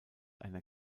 einer